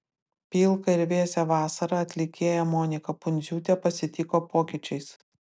pilką ir vėsią vasarą atlikėja monika pundziūtė pasitiko pokyčiais